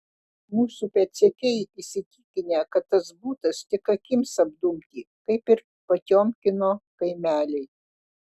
mūsų pėdsekiai įsitikinę kad tas butas tik akims apdumti kaip ir potiomkino kaimeliai